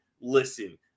listen